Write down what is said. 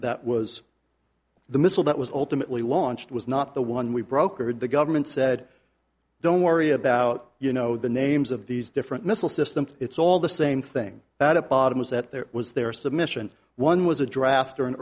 that was the missile that was ultimately launched was not the one we brokered the government said don't worry about you know the names of these different missile systems it's all the same thing that at bottom is that there was there submission one was a draft or an